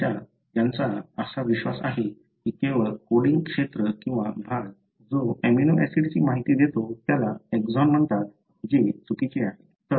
त्यांचा असा विश्वास आहे की केवळ कोडिंग क्षेत्र किंवा भाग जो अमीनो ऍसिडची माहिती देतो त्याला एक्सॉन म्हणतात जे चुकीचे आहे